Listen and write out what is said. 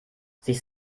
sich